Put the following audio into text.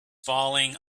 falling